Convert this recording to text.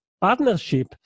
partnership